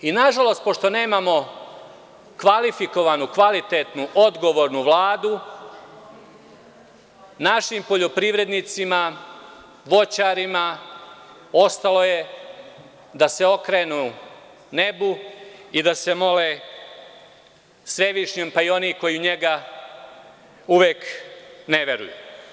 Nažalost, pošto nemamo kvalifikovanu, kvalitetnu, odgovornu Vladu, našim poljoprivrednicima i voćarima ostalo je da se okrenu nebu i da se mole Svevišnjem, pa i oni koji u njega uvek ne veruju.